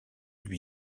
lui